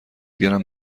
گرم